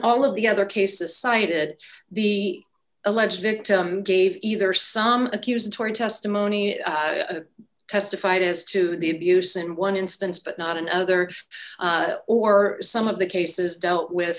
all of the other cases cited the alleged victim gave either some accusatory testimony testified as to the abuse in one instance but not in other or some of the cases dealt with